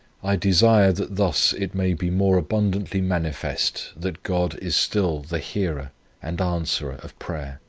i desire that thus it may be more abundantly manifest that god is still the hearer and answerer of prayer,